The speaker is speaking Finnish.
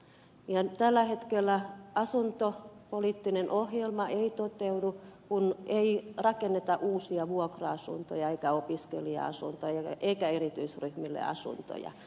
ihan tällä hetkellä asuntopoliittinen ohjelma ei toteudu kun ei rakenneta uusia vuokra asuntoja eikä opiskelija asuntoja eikä erityisryhmille asuntoja